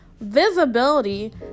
Visibility